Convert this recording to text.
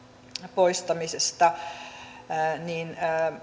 poistamisesta